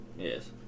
Yes